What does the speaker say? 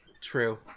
True